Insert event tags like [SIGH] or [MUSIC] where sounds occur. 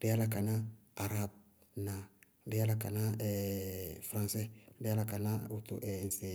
Dɩí yála ka ná aráab, ŋnáa? Dɩí yála ka ná [HESITATION] fraŋsɛɛ, dɩí ka ná wóto [HESITATION] ŋsɩ